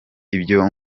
ibyo